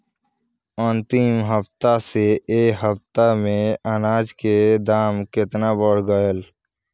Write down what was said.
अंतिम हफ्ता से ए हफ्ता मे अनाज के दाम केतना बढ़ गएल?